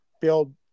build